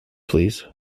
please